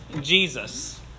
Jesus